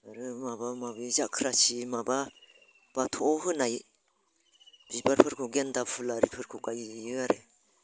आरो माबा माबि जाथ्रासि माबा बाथौआव होनाय बिबारफोरखौ गेन्दा फुल आरिफोरखौ गायो आरो